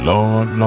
Lord